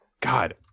God